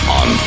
on